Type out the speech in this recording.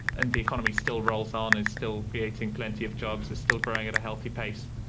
and the economy still rolls on, is still creating plenty of jobs, is still growing at a healthy pace,